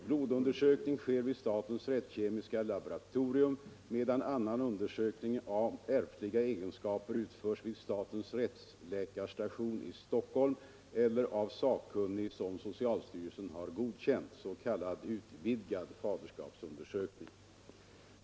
Blodundersökning sker vid statens rättskemiska laboratorium, medan annan undersökning om ärftliga egenskaper utförs vid statens rättsläkarstation i Stockholm eller av sakkunnig som socialstyrelsen har godkänt .